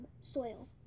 soil